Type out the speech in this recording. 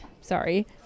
sorry